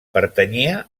pertanyia